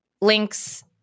links